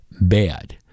bad